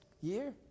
year